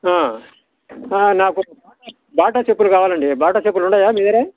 నాకు Bata Bata చెప్పులు కావాలండి బాటా చొప్పులు ఉన్నాయా మీ దగ్గర